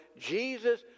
Jesus